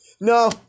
No